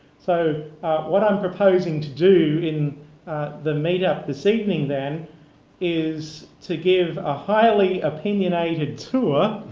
so what i'm proposing to do in the meetup this evening then is to give a highly opinionated tour